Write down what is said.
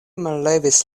mallevis